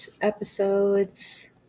episodes